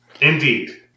indeed